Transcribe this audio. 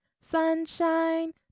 sunshine